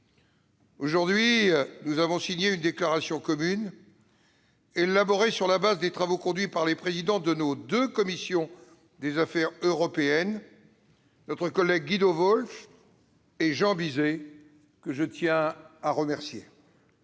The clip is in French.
Aujourd'hui, nous avons signé une déclaration commune, élaborée sur la base des travaux conduits par les présidents des commissions des affaires européennes de nos deux assemblées, nos collègues Guido Wolf et Jean Bizet, que je tiens à remercier.